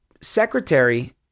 secretary